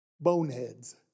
boneheads